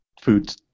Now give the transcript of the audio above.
food